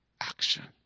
action